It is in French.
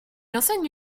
enseigne